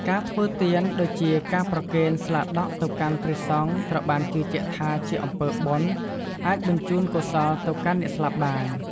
ការធ្វើទានដូចជា ការប្រគេនស្លាដក់ទៅកាន់ព្រះសង្ឃត្រូវបានជឿជាក់ថាជាអំពើបុណ្យអាចបញ្ជូនកុសលទៅកាន់អ្នកស្លាប់បាន។